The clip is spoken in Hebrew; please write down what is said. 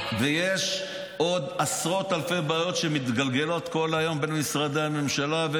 ויש עוד עשרות אלפי בעיות שמתגלגלות כל היום במשרדי הממשלה.